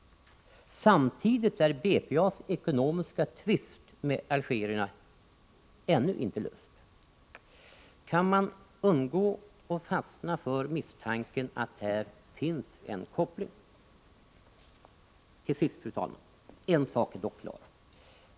Samtidigt är BPA:s ekonomiska tvist med Algeriet ännu inte löst. Kan man undgå att fastna för misstanken att här finns en koppling? Till sist, fru talman! En sak är dock klar.